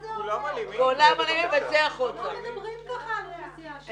לא מדברים כך על אוכלוסייה.